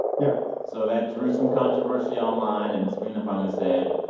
yeah so that drew some controversy online. and serena finally said,